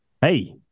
Hey